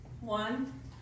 One